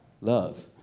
love